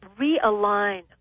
realign